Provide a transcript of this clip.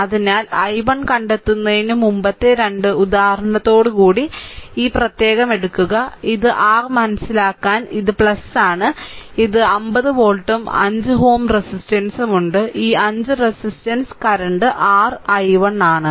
അതിനാൽ i1 കണ്ടെത്തുന്നതിന് മുമ്പത്തെ 2 ഉദാഹരണത്തോട് കൂടി ഇത് പ്രത്യേകം എടുക്കുക ഇത് r മനസിലാക്കാൻ ഇത് ആണ് ഇത് 50 വോൾട്ടും 5 Ω റെസിസ്റ്റൻസുമുണ്ട് ഈ 5 Ω റെസിസ്റ്റൻസ് കറന്റ് r i1 ആണ്